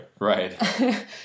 right